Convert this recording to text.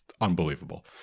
unbelievable